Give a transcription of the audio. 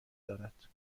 دارد